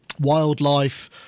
wildlife